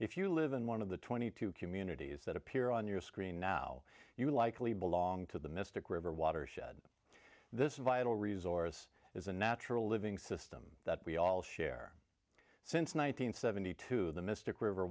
if you live in one of the twenty two communities that appear on your screen now you likely belong to the mystic river watershed this vital resource is a natural living system that we all share since one thousand nine hundred seventy two the mystic river